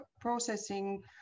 processing